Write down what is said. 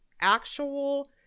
actual